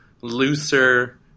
looser